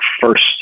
first